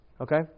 okay